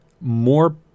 more